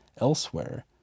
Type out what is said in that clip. elsewhere